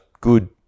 good